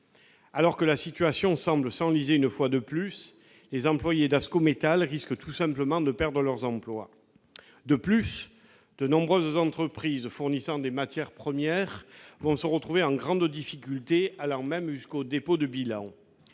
Alors que la situation semble s'enliser une fois de plus, les salariés d'Ascométal risquent tout simplement de perdre leur emploi. De plus, de nombreuses entreprises fournissant des matières premières vont se retrouver en grande difficulté, risquant même jusqu'au dépôt de bilan.